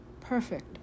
perfect